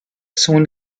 soon